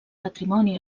patrimoni